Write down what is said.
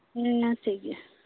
ᱦᱮᱸ ᱢᱟ ᱴᱷᱤᱠ ᱜᱮᱭᱟ